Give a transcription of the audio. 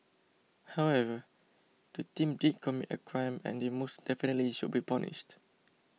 however the team did commit a crime and they most definitely should be punished